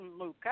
Luca